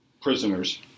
prisoners